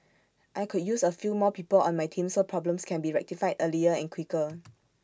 I could use A few more people on my team so problems can be rectified earlier and quicker